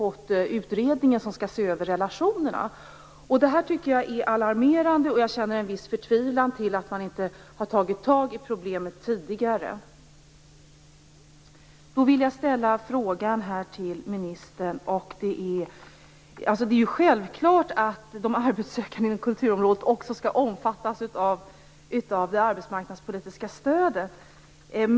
Den utredning som skall se över relationerna har vi inte fått ännu, vilket är alarmerande. Jag känner en viss förtvivlan över att man inte har tagit itu med problemet tidigare. Det är ju självklart att de arbetssökande inom kulturområdet också skall omfattas av det arbetsmarknadspolitiska stödet.